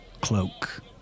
cloak